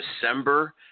December